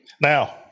Now